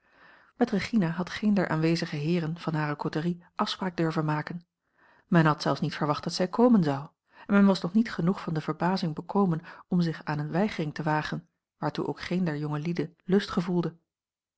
met regina had geen der aanwezige heeren van hare côterie afspraak durven maken men had zelfs niet verwacht dat zij komen zou en men was nog niet genoeg van de verbazing bekomen om zich aan eene weigering te wagen waartoe ook geen der jongelieden lust gevoelde